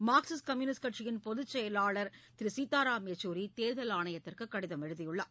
Marxist communist கட்சியின் பொதுச் செயலாளர் திரு சீதாராம் யெச்சூரி தேர்தல் ஆணையத்திற்கு கடிதம் எழுதியுள்ளார்